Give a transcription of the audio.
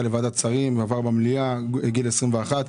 לוועדת שרים ועבר במליאה על גיל 21,